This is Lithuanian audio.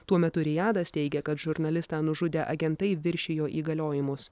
tuo metu rijadas teigia kad žurnalistą nužudę agentai viršijo įgaliojimus